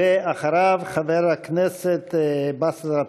ואחריו, חבר הכנסת באסל גטאס.